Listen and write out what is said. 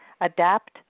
adapt